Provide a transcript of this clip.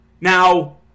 Now